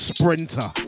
Sprinter